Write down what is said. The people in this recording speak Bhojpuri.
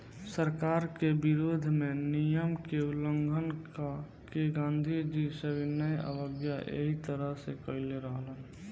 सरकार के विरोध में नियम के उल्लंघन क के गांधीजी सविनय अवज्ञा एही तरह से कईले रहलन